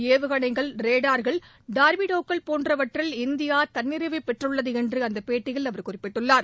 ஏவுகணைகள் ரேடார்கள் டார்படோக்கள் போன்றவற்றில் இந்தியா தன்னிறைவு பெற்றுள்ளது என்று அந்த பேட்டியில் அவர் குறிப்பிட்டார்